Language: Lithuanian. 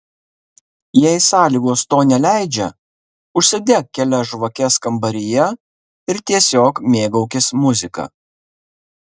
jei sąlygos to neleidžia užsidek kelias žvakes kambaryje ir tiesiog mėgaukis muzika